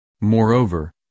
Moreover